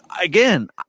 Again